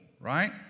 right